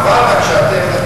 חבל רק שאתם,